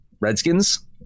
Redskins